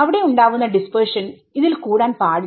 അവിടെ ഉണ്ടാവുന്ന ഡിസ്പെർഷൻഇതിൽ കൂടാൻ പാടില്ല